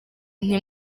nti